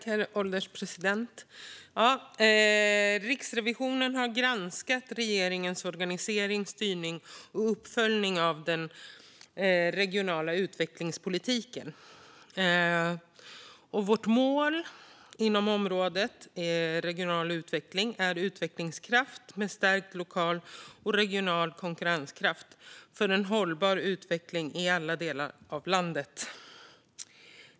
Herr ålderspresident! Riksrevisionen har granskat regeringens organisering, styrning och uppföljning av den regionala utvecklingspolitiken. Vårt mål inom området regional utveckling är utvecklingskraft med stärkt lokal och regional konkurrenskraft för en hållbar utveckling i alla delar av landet.